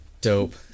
Dope